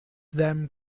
them